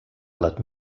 let